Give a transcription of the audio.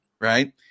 right